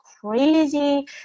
crazy